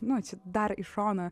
nu dar į šoną